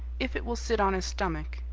if it will sit on his stomach.